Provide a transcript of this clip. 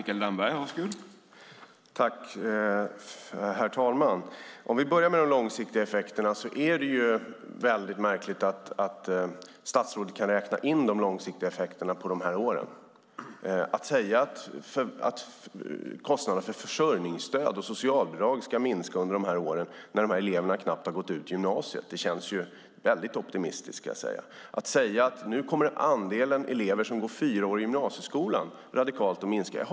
Herr talman! Om vi börjar med de långsiktiga effekterna är det väldigt märkligt att statsrådet kan räkna in de långsiktiga effekterna på de här åren. Att säga att kostnaderna för försörjningsstöd och socialbidrag ska minska under dessa år när eleverna knappt har gått ut gymnasiet känns väldigt optimistiskt, ska jag säga. Man säger att andelen elever som går fyra år i gymnasieskolan nu kommer att minska radikalt.